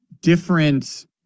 different